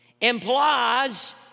implies